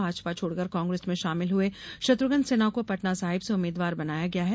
भाजपा छोड़कर कांग्रेस में शामिल हुए शत्रृष्न सिन्हा को पटना साहिब से उम्मीद्वार बनाया गया है